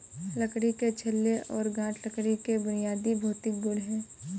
लकड़ी के छल्ले और गांठ लकड़ी के बुनियादी भौतिक गुण हैं